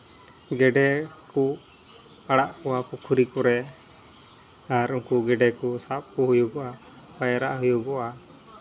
ᱜᱮᱰᱮ ᱠᱚ ᱟᱲᱟᱜ ᱠᱚᱣᱟ ᱯᱩᱠᱷᱨᱤ ᱠᱚᱨᱮ ᱟᱨ ᱩᱱᱠᱩ ᱜᱮᱰᱮ ᱠᱚ ᱥᱟᱵ ᱠᱚ ᱦᱩᱭᱩᱜᱼᱟ ᱯᱟᱭᱨᱟᱜ ᱦᱩᱭᱩᱜᱚᱜᱼᱟ